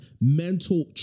mental